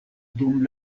dum